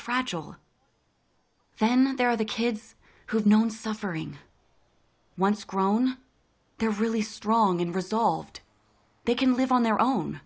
fragile then there are the kids who've known suffering once grown they're really strong unresolved they can live on their own